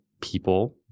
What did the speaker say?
people